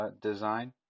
design